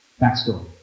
Backstory